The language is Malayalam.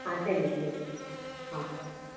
ആ ശരി ചേച്ചി ഓക്കെ ഓക്കെ ആ ഓക്കെ ഓക്കെ